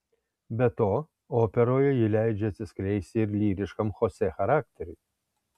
be to operoje ji leidžia atsiskleisti ir lyriškam chosė charakteriui